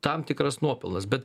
tam tikras nuopelnas bet